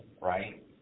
right